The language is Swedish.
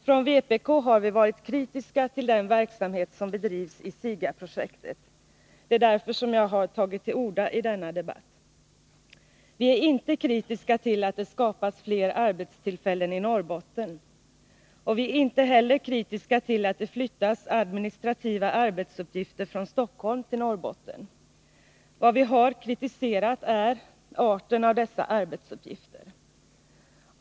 Från vpk har vi varit kritiska till den verksamhet som bedrivs i SIGA-projektet. Det är därför som jag har tagit till orda i denna debatt. Vi är inte kritiska till att det skapas fler arbetstillfällen i Norrbotten. Vi är inte heller kritiska till att det flyttas administrativa arbetsuppgifter från Stockholm till Norrbotten. Vad vi har kritiserat är arten av dessa arbetsuppgifter.